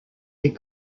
les